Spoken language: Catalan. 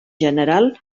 general